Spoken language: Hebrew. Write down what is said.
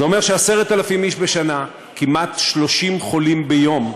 זה אומר ש-10,000 איש בשנה, כמעט 30 חולים ביום,